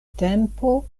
tempo